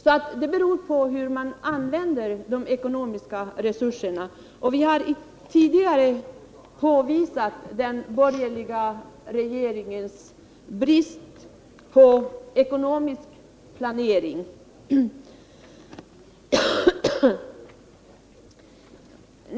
Man kan alltså använda de ekonomiska resurserna på olika sätt, och vi har tidigare påvisat den borgerliga regeringens brist på ekonomisk planering.